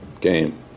game